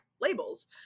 labels